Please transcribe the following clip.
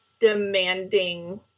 demanding